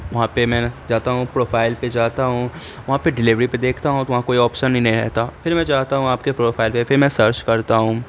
وہاں پہ میں جاتا ہوں پروفائل پہ جاتا ہوں وہاں پہ ڈیلیوری پہ دیکھتا ہوں تو وہاں کوئی آپشن ہی نہیں رہتا پھر میں جاتا ہوں آپ کے پروفائل پہ پھر میں سرچ کرتا ہوں